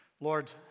Lord